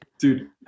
dude